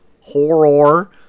horror